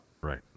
Right